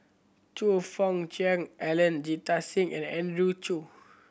Choe Fook Cheong Alan Jita Singh and Andrew Chew